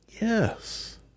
yes